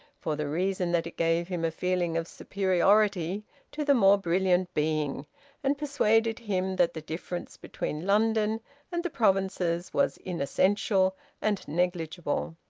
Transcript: for the reason that it gave him a feeling of superiority to the more brilliant being and persuaded him that the difference between london and the provinces was inessential and negligible.